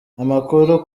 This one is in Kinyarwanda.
amakuru